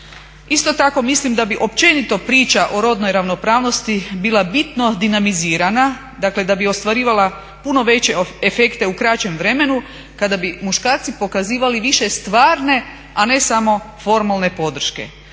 Isto tako mislim da bi općenito priča o rodnoj ravnopravnosti bila bitno dinamizirana, dakle da bi ostvarivala puno veće efekte u kraćem vremenu kada bi muškarci pokazivali više stvarne, a ne samo formalne podrške.